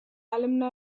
alumni